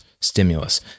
Stimulus